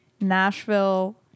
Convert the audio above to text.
Nashville